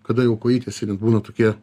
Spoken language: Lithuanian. kada jau kojytės ir jie būna tokie